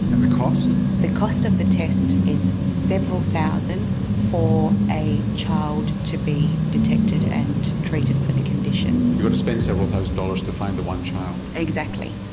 and the cost? the cost of the test is several thousand for a child to be detected and treated for the condition. condition. you've got to spend several thousand dollars to find the one child? exactly.